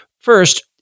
first